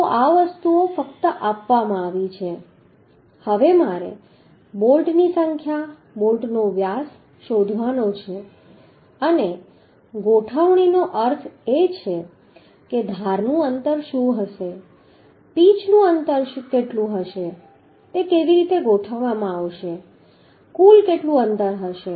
તો આ વસ્તુઓ ફક્ત આપવામાં આવી છે હવે મારે બોલ્ટની સંખ્યા બોલ્ટનો વ્યાસ શોધવાનો છે અને ગોઠવણીનો અર્થ એ છે કે ધારનું અંતર શું હશે પીચનું અંતર કેટલું હશે તે કેવી રીતે ગોઠવવામાં આવશે કુલ કેટલું હશે